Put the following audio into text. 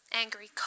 angry